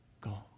gone